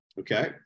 okay